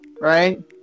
right